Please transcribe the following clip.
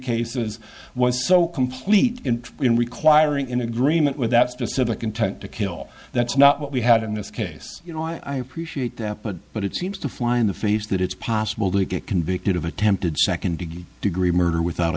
cases was so complete requiring in agreement with that specific intent to kill that's not what we had in this case you know i appreciate that but but it seems to fly in the face that it's possible to get convicted of attempted second degree murder without